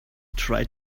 try